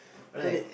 got it